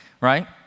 right